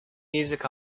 music